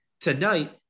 tonight